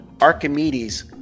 archimedes